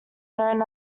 known